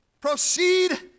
proceed